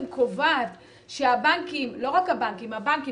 קובעת שהבנקים - לא רק הבנקים - הבנקים,